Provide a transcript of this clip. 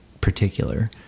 particular